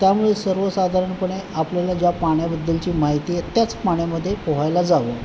त्यामुळे सर्वसाधारणपणे आपल्याला ज्या पाण्याबद्दलची माहिती आहेत त्याच पाण्यामध्ये पोहायला जावं